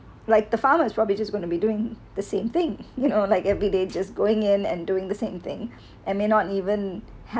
like the farmers probably just gonna be doing the same thing you know like everyday just going in and doing the same thing and may not even